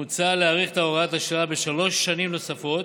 מוצע להאריך את הוראת השעה בשלוש שנים נוספות,